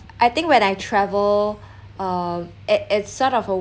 I think when I travel uh it it's sort of